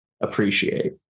appreciate